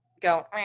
go